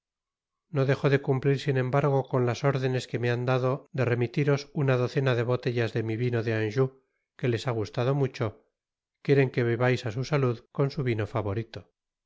no dejo de cumplir sin embargo con las órdenes que me han dado de remitiros una docena de botellas de mi vino de anjon que les ha gustado mucho quieren que bebais á su salud con su vino favorito